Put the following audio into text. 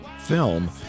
Film